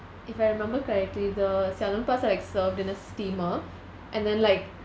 if I remember correctly the 小笼包 is like served in a steamer and then like